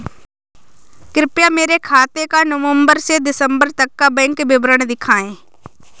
कृपया मेरे खाते का नवम्बर से दिसम्बर तक का बैंक विवरण दिखाएं?